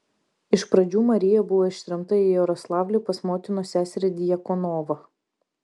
iš pradžių marija buvo ištremta į jaroslavlį pas motinos seserį djakonovą